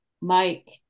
Mike